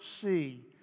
see